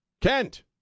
kent